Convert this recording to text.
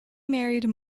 married